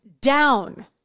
down